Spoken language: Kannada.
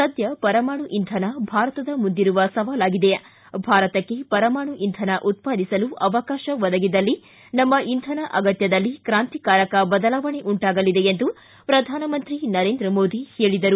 ಸದ್ಯ ಪರಮಾಣು ಇಂಧನ ಭಾರತದ ಮುಂದಿರುವ ಸವಾಲು ಭಾರತಕ್ಕೆ ಪರಮಾಣು ಇಂಧನ ಉತ್ಪಾದಿಸಲು ಅವಕಾಶ ಒದಗಿದಲ್ಲಿ ನಮ್ಮ ಇಂಧನ ಅಗತ್ಯದಲ್ಲಿ ಕಾಂತಿಕಾರಕ ಬದಲಾವಣೆ ಉಂಟಾಗಲಿದೆ ಎಂದು ಪ್ರಧಾನಮಂತ್ರಿ ನರೇಂದ್ರ ಮೋದಿ ಹೇಳಿದರು